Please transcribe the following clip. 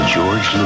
George